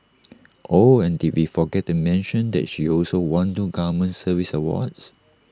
oh and did we forget to mention that she also won two government service awards